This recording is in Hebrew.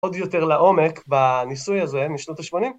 עוד יותר לעומק בניסוי הזה משנות ה-80.